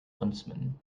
huntsman